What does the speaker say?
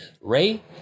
Ray